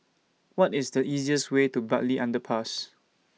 What IS The easiest Way to Bartley Underpass